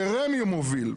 שרמ"י מוביל.